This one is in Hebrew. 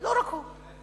לא רק הוא.